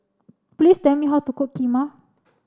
please tell me how to cook Kheema